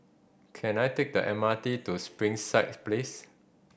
can I take the M R T to Springside Place